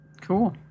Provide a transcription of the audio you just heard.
Cool